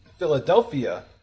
Philadelphia